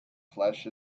flesh